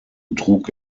trug